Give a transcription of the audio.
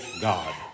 God